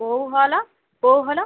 କୋଉ ହଲ୍ କୋଉ ହଲ୍